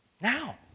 now